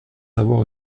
avoir